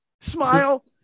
smile